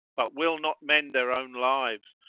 but will not mend their own lives,